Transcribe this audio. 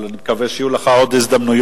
אבל אני מקווה שיהיו לך עוד הזדמנויות,